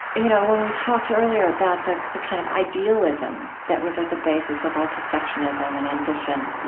you know, when we talked earlier about the the kind of idealism that was at the basis of our perfectionism and ambition.